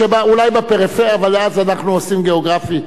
אולי בפריפריה, אבל אז אנחנו עושים, גיאוגרפי.